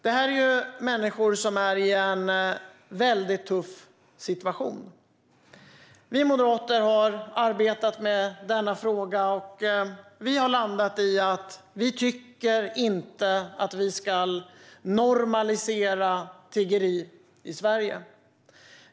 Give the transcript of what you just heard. Det är människor som befinner sig i en väldigt tuff situation. Vi moderater har arbetat med denna fråga och landat i att vi tycker att vi inte ska normalisera tiggeri i Sverige.